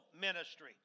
ministry